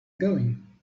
going